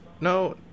No